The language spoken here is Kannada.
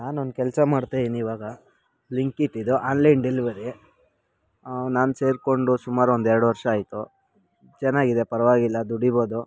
ನಾನು ಒಂದು ಕೆಲಸ ಮಾಡ್ತಾಯಿನಿ ಇವಾಗ ಬ್ಲಿಂಕ್ಇಟ್ಟ್ದು ಆನ್ಲೈನ್ ಡೆಲವರಿ ನಾನು ಸೇರಿಕೊಂಡು ಸುಮಾರು ಒಂದು ಎರಡು ವರ್ಷ ಆಯಿತು ಚೆನ್ನಾಗಿ ಇದೆ ಪರವಾಗಿಲ್ಲ ದುಡಿಬೋದು